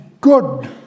good